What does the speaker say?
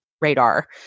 radar